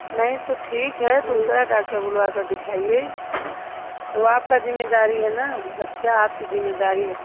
नहीं तो ठीक है दूसरा डाक्टर बुलवा कर दिखवाइए वो आपका जिम्मेदारी है ना बच्चा आपकी जिम्मेदारी है